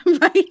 right